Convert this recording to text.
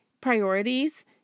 priorities